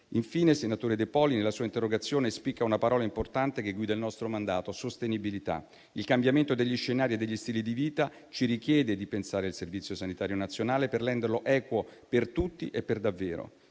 Infine, nell'interrogazione del senatore De Poli spicca una parola importante che guida il nostro mandato: «sostenibilità». Il cambiamento degli scenari e degli stili di vita ci chiede di ripensare il Servizio sanitario nazionale per renderlo equo per tutti e per davvero.